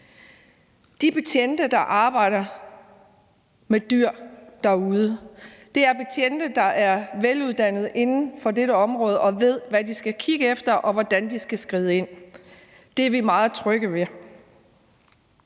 De betjente, der arbejder med dyr derude, er betjente, der er veluddannede inden for dette område og ved, hvad de skal kigge efter, og hvordan de skal skride ind. Det er vi meget trygge ved.